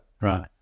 Right